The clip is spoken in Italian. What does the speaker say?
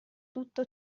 tutto